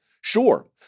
Sure